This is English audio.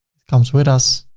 it comes with us.